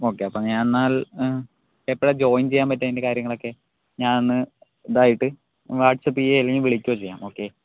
ഒക്കെ അപ്പോൾ ഞാൻ എന്നാൽ എപ്പോഴാണ് ജോയിൻ ചെയ്യാൻ പറ്റുന്നത് അതിൻ്റെ കാര്യങ്ങളൊക്കെ ഞാൻ ഒന്ന് ഇതായിട്ട് വാട്ട്സപ്പ് ചെയ്യുക അല്ലെങ്കിൽ വിളിക്കുകയും ചെയ്യാം ഒക്കെ